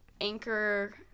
anchor